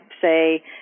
say